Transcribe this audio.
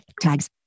tags